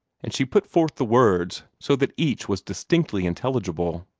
and she put forth the words so that each was distinctly intelligible.